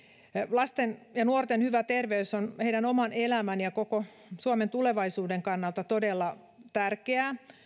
lasten ja nuorten hyvä terveys on heidän oman elämänsä ja koko suomen tulevaisuuden kannalta todella tärkeää